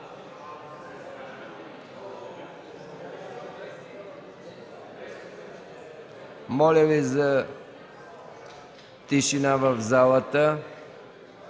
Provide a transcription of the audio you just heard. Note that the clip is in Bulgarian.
Моля Ви за тишина в залата!